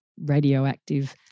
radioactive